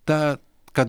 ta kad